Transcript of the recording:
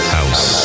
House